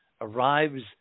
arrives